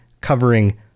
covering